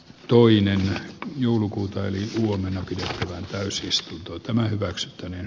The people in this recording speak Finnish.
toinen joulukuuta eli suomen pitää täysistunto tämä hyväksyttäneen